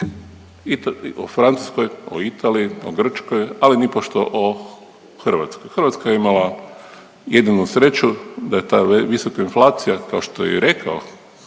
o Francuskoj, o Italiji, o Grčkoj, ali nipošto o Hrvatskoj. Hrvatska je imala jedinu sreću da je ta visoka inflacija, kao što je i rekao